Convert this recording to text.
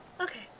Okay